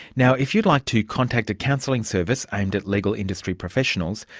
now if you'd like to contact a counselling service aimed at legal industry professionals,